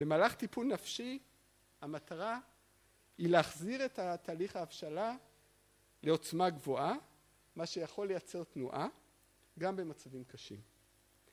במהלך טיפון נפשי המטרה היא להחזיר את התהליך האבשלה לעוצמה גבוהה מה שיכול לייצר תנועה גם במצבים קשים